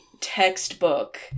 textbook